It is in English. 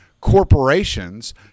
corporations